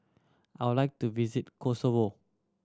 I would like to visit Kosovo